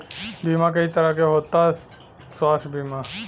बीमा कई तरह के होता स्वास्थ्य बीमा?